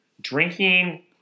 drinking